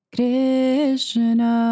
Krishna